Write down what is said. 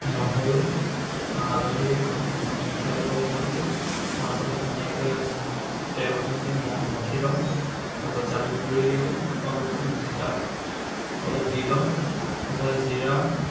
নহৰু হালধি মিঠাতেল অকণমান দি মাংসটো ধুনীয়াকৈ তেল অকণমান দি মঠি লওঁ তাৰ পৰা জালুক গুড়ি অলপ তাত অলপ দি লওঁ তাৰ পৰা জিৰা